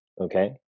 okay